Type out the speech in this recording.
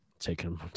Taking